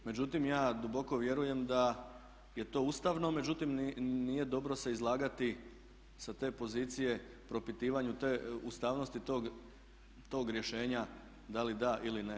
Međutim, ja duboko vjerujem da je to ustavno, međutim nije dobro se izlagati sa te pozicije propitivanju te ustavnosti tog rješenja da li da ili ne.